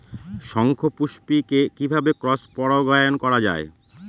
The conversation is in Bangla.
শঙ্খপুষ্পী কে কিভাবে ক্রস পরাগায়ন করা যায়?